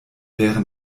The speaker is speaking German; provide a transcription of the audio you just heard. wäre